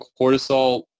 cortisol